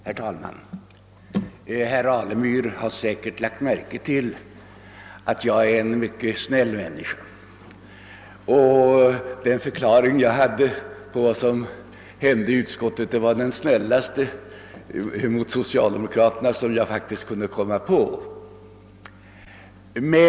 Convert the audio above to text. Herr talman! Herr Alemyr har säkert lagt märke till att jag är en mycket snäll människa, och den förklaring som jag hade på vad som hände i utskottet var den snällaste mot socialdemokraterna som jag kunde komma på.